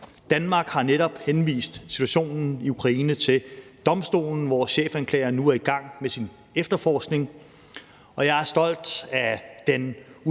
Danmark har netop henvist situationen i Ukraine til domstolen, hvor chefanklageren nu er i gang med sin efterforskning, og jeg er stolt af den ubøjelige